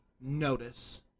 notice